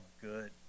good